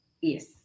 yes